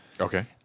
Okay